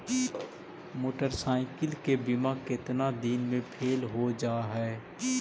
Motorcycle के बिमा केतना दिन मे फेल हो जा है?